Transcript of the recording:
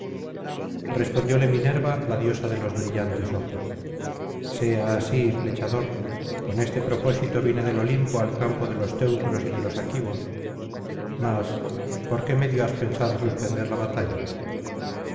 respondióle minerva la diosa de los brillantes ojos sea así flechador con este propósito vine del olimpo al campo de los teneros y de los aquivos mas por qué medio has pensado suspender la batalla